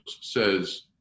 says